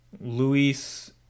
Luis